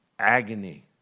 Agony